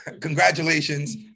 congratulations